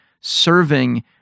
serving